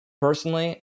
Personally